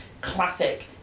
classic